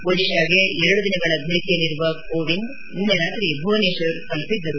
ಒಡಿಶಾಗೆ ಎರಡು ದಿನಗಳ ಭೇಟಿಯಲ್ಲಿರುವ ಕೋವಿಂದ್ ನಿನ್ನೆ ರಾತ್ರಿ ಭುವನೇಶ್ವರ್ ತಲುಪಿದ್ದರು